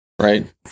Right